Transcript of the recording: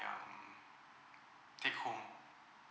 um take home